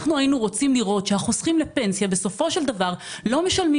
אנחנו היינו רוצים לראות שהחוסכים לפנסיה בסופו של דבר לא משלמים